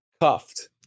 cuffed